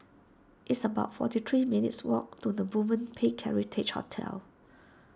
it's about forty three minutes' walk to the Movenpick Heritage Hotel